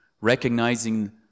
recognizing